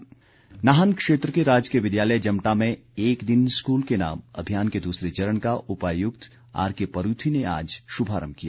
अभियान नाहन क्षेत्र के राजकीय विद्यालय जमटा में एक दिन स्कूल के नाम अभियान के दूसरे चरण का उपायुक्त आरके परूथी ने आज शुभारम्भ किया